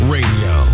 Radio